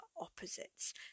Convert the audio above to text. opposites